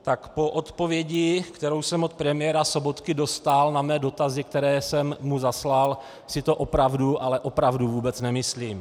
Tak po odpovědi, kterou jsem od premiéra Sobotky dostal na své dotazy, které jsem mu zaslal, si to opravdu, ale opravdu vůbec nemyslím.